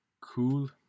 cool